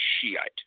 Shiite